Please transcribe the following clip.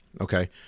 Okay